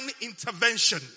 intervention